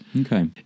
Okay